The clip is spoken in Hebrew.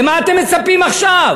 למה אתם מצפים עכשיו,